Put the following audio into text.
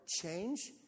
change